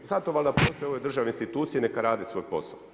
Sad to valjda postoje u ovoj državnoj instituciji, neka rade svoj posao.